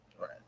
right